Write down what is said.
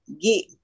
get